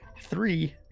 Three